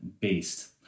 based